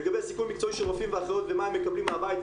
לגבי סיכון מקצועי של רופאים ואחיות ומה הם מקבלים מהבית,